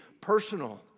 personal